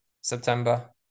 september